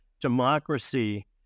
democracy